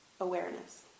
Awareness